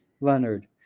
Leonard